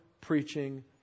preaching